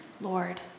Lord